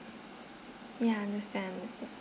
ya understand understand